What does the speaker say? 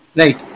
right